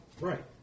Right